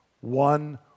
One